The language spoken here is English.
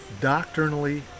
doctrinally